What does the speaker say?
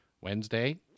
Wednesday